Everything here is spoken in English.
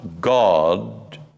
God